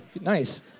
Nice